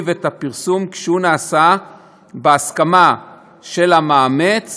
ואת הפרסום כשהוא נעשה בהסכמה של המאמץ